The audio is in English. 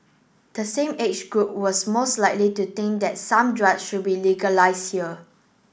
the same age group was most likely to think that some drugs should be legalised here